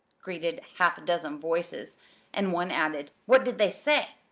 greeted half a dozen voices and one added what did they say?